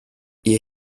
ihr